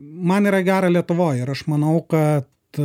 man yra gera lietuvoj ir aš manau kad